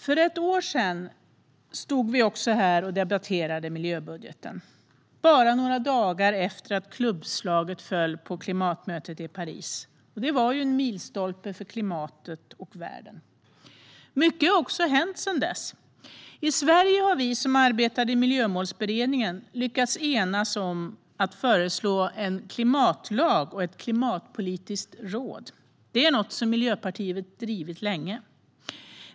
För ett år sedan stod vi också här och debatterade miljöbudgeten, bara några dagar efter att klubbslaget föll på klimatmötet i Paris. Det var en milstolpe för klimatet och världen. Mycket har också hänt sedan dess. I Sverige har vi som arbetade i Miljömålsberedningen lyckats enas om att föreslå en klimatlag och ett klimatpolitiskt råd. Det är något som Miljöpartiet drivit länge.